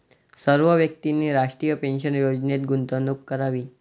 सर्व व्यक्तींनी राष्ट्रीय पेन्शन योजनेत गुंतवणूक करावी